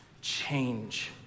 change